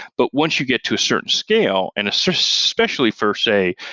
but once you get to certain scale, and so specially for, say,